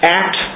act